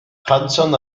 hudson